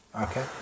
Okay